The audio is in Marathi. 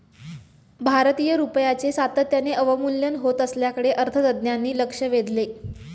भारतीय रुपयाचे सातत्याने अवमूल्यन होत असल्याकडे अर्थतज्ज्ञांनी लक्ष वेधले